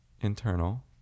internal